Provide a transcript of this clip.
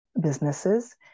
businesses